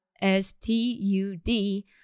S-T-U-D